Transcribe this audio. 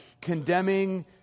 condemning